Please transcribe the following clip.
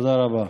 תודה רבה.